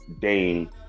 Dane